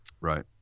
Right